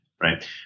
right